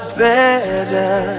better